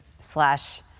slash